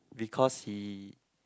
because he